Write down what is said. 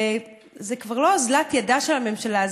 זה כבר לא אוזלת ידה של הממשלה,